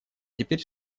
теперь